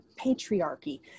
patriarchy